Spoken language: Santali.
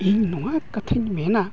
ᱤᱧ ᱱᱚᱣᱟ ᱠᱟᱛᱷᱟᱧ ᱢᱮᱱᱟ